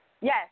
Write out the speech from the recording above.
Yes